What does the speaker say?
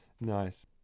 nice